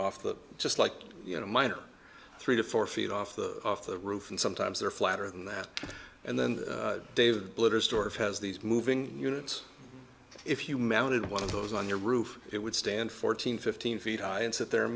off that just like you know mine are three to four feet off the off the roof and sometimes they're flatter than that and then dave blitter stuart has these moving units if you mounted one of those on your roof it would stand fourteen fifteen feet high and sit there